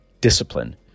discipline